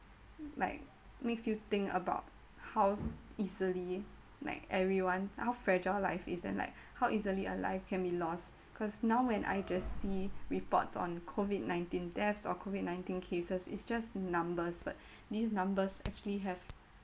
like makes you think about how easily like everyone how fragile life as in like how easily a life can be lost cause now when I just see reports on COVID nineteen deaths or COVID nineteen cases its just numbers but these numbers actually have